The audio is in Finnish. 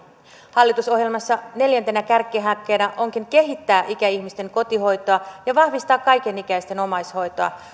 hallitusohjelmassa neljäntenä kärkihankkeena onkin kehittää ikäihmisten kotihoitoa ja vahvistaa kaikenikäisten omaishoitoa tämä